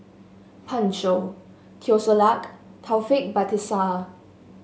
Pan Shou Teo Ser Luck Taufik Batisah